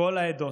כל העדות,